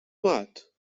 mat